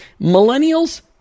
Millennials